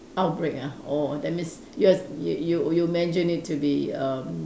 outbreak ah orh that means you're you you you imagine it to be erm